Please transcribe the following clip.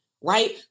right